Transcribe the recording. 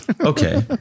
Okay